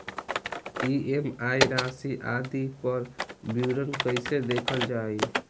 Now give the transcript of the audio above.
EMI राशि आदि पर विवरण कैसे देखल जाइ?